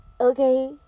Okay